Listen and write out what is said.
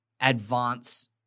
advance